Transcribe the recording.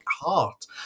heart